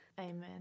amen